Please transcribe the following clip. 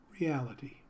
reality